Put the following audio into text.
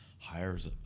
hires